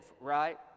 right